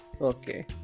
Okay